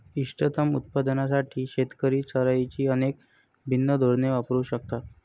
इष्टतम उत्पादनासाठी शेतकरी चराईची अनेक भिन्न धोरणे वापरू शकतात